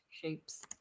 shapes